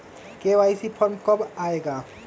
KYC form कब आए गा?